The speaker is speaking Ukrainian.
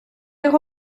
його